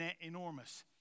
enormous